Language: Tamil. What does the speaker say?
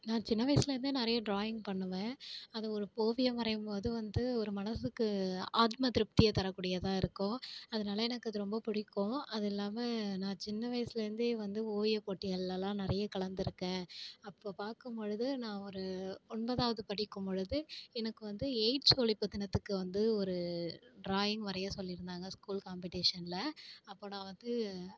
நான் சின்ன வயசில் இருந்தே நிறையா ட்ராயிங் பண்ணுவேன் அது ஒரு ஓவியம் வரையும் போது வந்து ஒரு மனசுக்கு ஆத்ம திருப்திய தரக் கூடியதாக இருக்கும் அதனால் எனக்கு அது ரொம்ப பிடிக்கும் அதுல்லாமல் நான் சின்ன வயசில் இருந்தே வந்து ஓவியப் போட்டிகளெல்லாம் நிறைய கலந்துயிருக்கேன் அப்போ பார்க்கும் பொழுது நான் ஒரு ஒன்பதாவது படிக்கும் பொழுது எனக்கு வந்து எயிட்ஸ் ஒழிப்புத் தினத்துக்கு வந்து ஒரு ட்ராயிங் வரைய சொல்லியிருந்தாங்க ஸ்கூல் காம்படீஷனில் அப்போ நான் வந்து